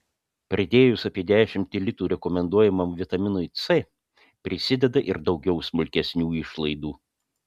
pridėjus apie dešimtį litų rekomenduojamam vitaminui c prisideda ir daugiau smulkesnių išlaidų